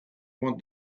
want